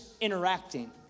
interacting